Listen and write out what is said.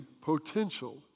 potential